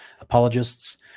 apologists